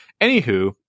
anywho